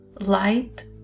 light